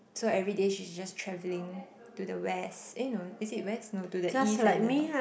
so everyday she's just travelling to the west eh no is it west no to the east and the north